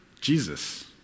Jesus